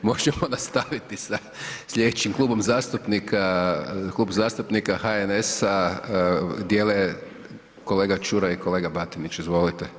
Možemo nastaviti sa sljedećim klubom zastupnika, Klub zastupnika HNS-a dijele kolega Čuraj i kolega Batinić, izvolite.